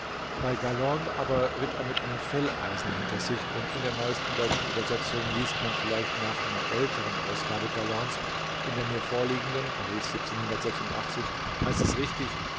bei galland aber ritt er mit einem felleisen valise hinter sich und in der neuesten deutschen übersetzung liest man vielleicht nach einer älteren ausgabe gallands in der mir vorliegenden heißt es richtig